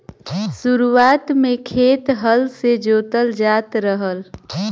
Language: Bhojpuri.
शुरुआत में खेत हल से जोतल जात रहल